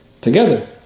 together